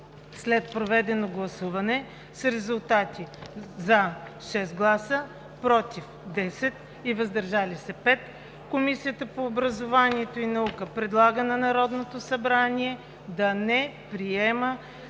След проведено гласуване с резултати: „за” - 6 гласа, „против“ - 10 и „въздържали се“ – 5 , Комисията по образованието и науката предлага на Народното събрание да не приеме